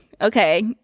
Okay